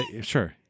sure